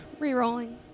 Rerolling